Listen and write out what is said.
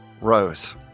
rose